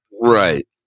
Right